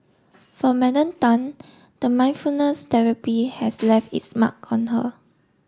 for Madam Tan the mindfulness therapy has left its mark on her